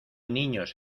niños